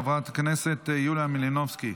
חברת הכנסת יוליה מלינובסקי,